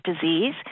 disease